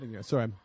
Sorry